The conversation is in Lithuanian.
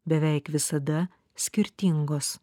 beveik visada skirtingos